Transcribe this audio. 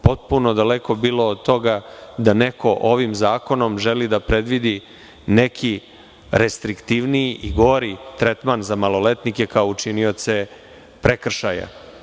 Potpuno je daleko bilo da neko ovim zakonom želi da predvidi neki restriktivniji i gori tretman za maloletnike kao učinioce prekršaja.